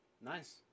Nice